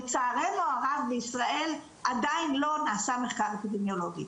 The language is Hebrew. לצערנו הרב בישראל עדיין לא נעשה מחקר אפידמיולוגי,